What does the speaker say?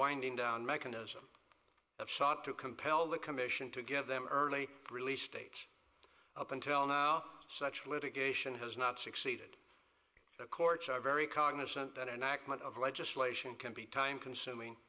winding down mechanism have sought to compel the commission to give them early release date up until now such litigation has not succeeded the courts are very cognizant that enactment of legislation can be time consuming